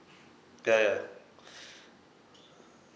ya ya